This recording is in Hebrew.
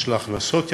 יש לה הכנסות יפות,